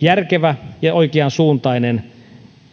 järkevä ja oikeansuuntainen